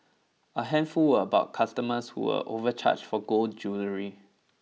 a handful were about customers who were overcharged for gold jewellery